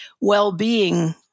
well-being